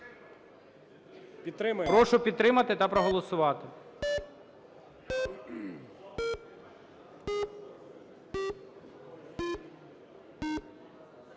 Прошу підтримати та проголосувати.